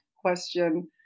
question